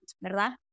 ¿verdad